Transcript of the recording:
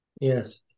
yes